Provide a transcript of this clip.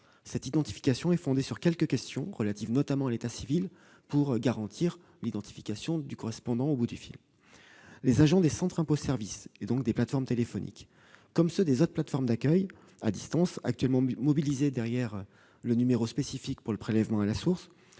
Cette identification est fondée sur quelques questions, relatives notamment à l'état civil, pour garantir l'identification du correspondant au bout du fil. Les agents des centres « impôts service », et donc des plateformes téléphoniques, comme ceux des autres plateformes d'accueil à distance actuellement mobilisées derrière le numéro spécifique pour le prélèvement à la source,